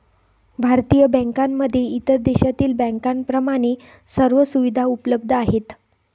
भारतीय बँकांमध्ये इतर देशातील बँकांप्रमाणे सर्व सुविधा उपलब्ध आहेत